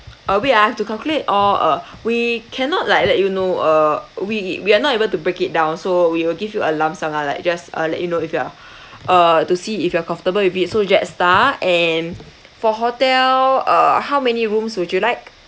uh wait ah have to calculate all uh we cannot like let you know uh we we are not able to break it down so we will give you a lump sum ah like just uh let you know if you're uh to see if you are comfortable with it so Jetstar and for hotel uh how many rooms would you like